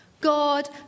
God